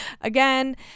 Again